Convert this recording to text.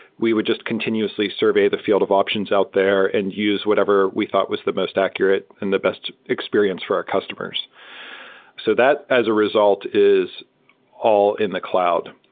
would just continuously survey the fi eld of options out there and use whatever we thought was the most accurate and the best experience for our customers so that as a result is all in the cloud.